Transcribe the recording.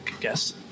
guess